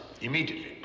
immediately